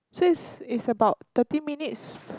so it's it's about thirty minutes